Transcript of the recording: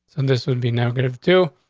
and this would be no good. have to.